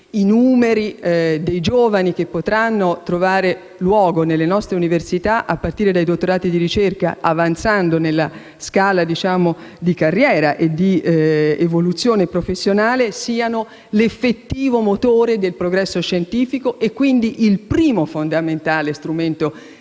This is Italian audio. i numeri dei giovani che potranno trovare collocazione nelle nostre università, a partire dai dottorati di ricerca, avanzando nella scala di carriera e di evoluzione professionale, siano l'effettivo motore del progresso scientifico, e quindi il primo fondamentale strumento